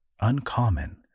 uncommon